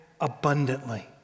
abundantly